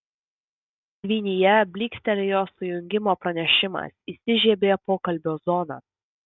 dvynyje blykstelėjo sujungimo pranešimas įsižiebė pokalbio zona